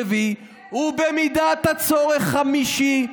רביעי ובמידת הצורך חמישי,